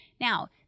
Now